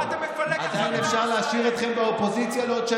מה אתה מפלג עכשיו את עם ישראל?